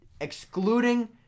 excluding